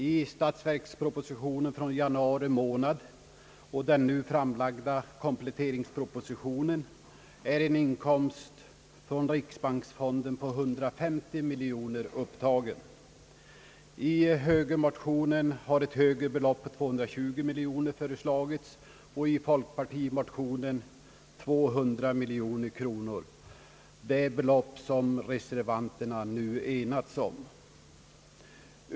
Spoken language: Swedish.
I statsverkspropositionen från januari månad och den nu framlagda kompletteringspropositionen är en inkomst från riksbanksfonden på 150 miljoner kronor upptagen. I högermotionen har ett högre belopp, 220 miljoner kronor, föreslagits och i folkpartimotionen 200 miljoner kronor, det belopp som reservanterna nu enats om.